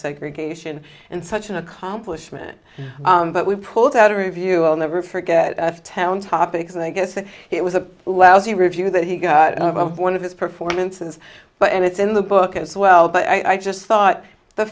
segregation and such an accomplishment but we pulled out a review i'll never forget telling topics and i guess that it was a lousy review that he got out of one of his performances but and it's in the book as well but i just thought the